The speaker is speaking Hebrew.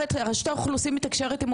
היא זאת שמוציאה להם את ההיתרים,